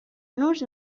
nos